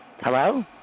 hello